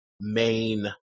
main